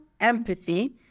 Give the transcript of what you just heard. empathy